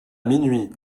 minuit